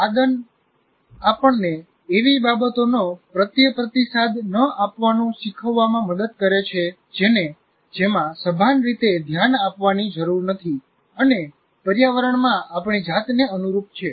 આદત આપણને એવી બાબતોનો પ્રત્યે પ્રતિસાદ ન આપવાનું શીખવામાં મદદ કરે છે જેને જેમાં સભાનરીતે ધ્યાન આપવાની જરૂર નથી અને પર્યાવરણમાં આપણી જાતને અનુરૂપ છે